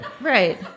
right